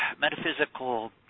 metaphysical